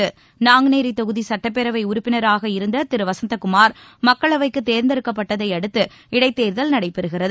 சுட்டப்பேரவை நாங்குநேரி தொகுதி உறப்பினராக இருந்த திரு வசந்தகுமார் மக்களவைக்கு தேர்ந்தெடுக்கப்பட்டதையடுத்து இடைத் தேர்தல் நடைபெறுகிறது